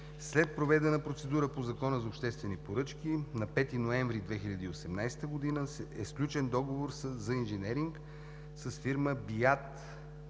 След проведена процедура по Закона за обществените поръчки на 5 ноември 2018 г. е сключен договор за инженеринг с фирма